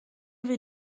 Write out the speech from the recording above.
wir